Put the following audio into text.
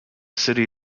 city